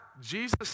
Jesus